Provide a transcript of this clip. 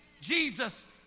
jesus